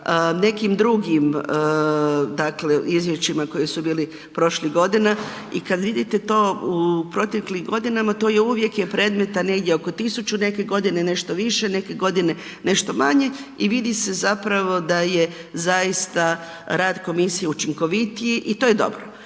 nekim drugim izvješćima koji su bili prošlih godina i kad vidite u proteklim godinama, to je uvijek predmeta negdje oko 1000, neke godine nešto više, neke godine nešto manje i vidi se zapravo da je zaista rad komisije učinkovitiji i to je dobro.